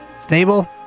Stable